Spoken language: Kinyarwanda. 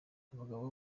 abagabo